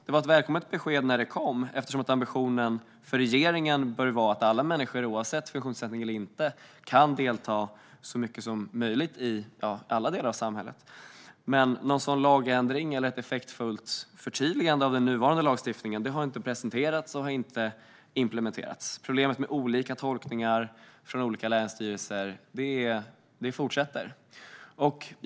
Det var ett välkommet besked när det kom, eftersom ambitionen för regeringen bör vara att alla människor oavsett funktionsnedsättning eller inte ska kunna delta så mycket som möjligt i alla delar av samhället. Men någon sådan lagändring eller ett effektfullt förtydligande av den nuvarande lagstiftningen har inte presenterats och inte implementerats. Problemet med olika tolkningar från olika länsstyrelser kvarstår.